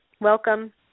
Welcome